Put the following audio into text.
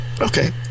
Okay